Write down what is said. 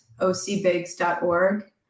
ocbigs.org